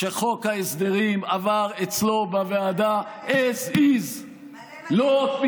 שחוק ההסדרים עבר אצלו בוועדה as is, מלא, מלא.